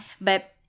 But-